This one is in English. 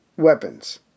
weapons